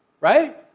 right